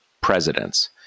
presidents